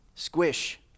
Squish